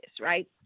right